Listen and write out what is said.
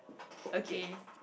okay